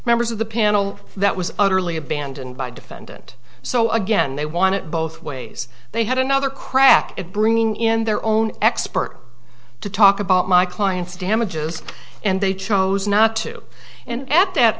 members of the panel that was utterly abandoned by defendant so again they want it both ways they had another crack at bringing in their own expert to talk about my client's damages and they chose not to and